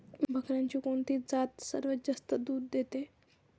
बकऱ्यांची कोणती जात सर्वात जास्त दूध देते?